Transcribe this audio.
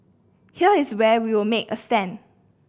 here is where we will make a stand